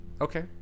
Okay